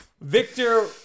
Victor